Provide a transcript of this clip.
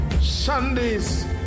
Sunday's